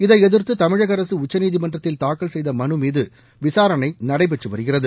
இதை எதிர்த்து தமிழக அரசு உச்சநீதிமன்றத்தில் தாக்கல் செய்த மனு மீது விசாரணை நடைபெற்று வருகிறது